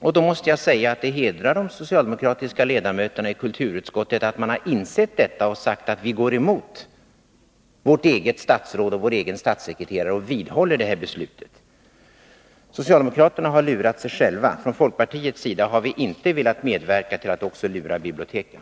Jag måste säga att det hedrar de socialdemokratiska ledamöterna i kulturutskottet att de har insett detta och sagt att de går emot det egna statsrådet och den egna statssekreteraren och vidhåller beslutet. Socialdemokraterna har lurat sig själva. Från folkpartiets sida har vi inte velat medverka till att också lura biblioteken.